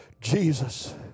Jesus